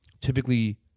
typically